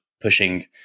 pushing